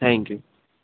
thank you